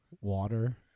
Water